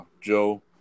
joe